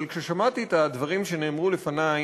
אבל כששמעתי את הדברים שנאמרו לפני,